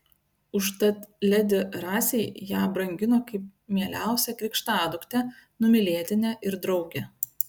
užtat ledi rasei ją brangino kaip mieliausią krikštaduktę numylėtinę ir draugę